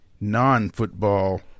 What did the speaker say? non-football